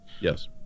Yes